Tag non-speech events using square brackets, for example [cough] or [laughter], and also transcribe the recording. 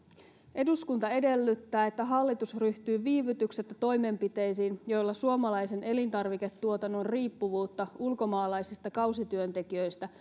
eduskunta edellyttää että hallitus ryhtyy viivytyksettä toimenpiteisiin joilla suomalaisen elintarviketuotannon riippuvuutta ulkomaalaisista kausityöntekijöistä [unintelligible]